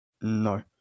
No